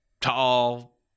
tall